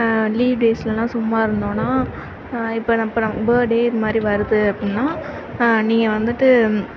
leave டேஸ்லலாம் சும்மாயிருந்தோனா இப்போ இப்போ நம்ம பர்த்டே இந்தமாதிரி வருது அப்புடின்னா நீங்கள் வந்துவிட்டு